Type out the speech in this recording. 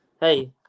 hey –